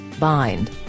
Bind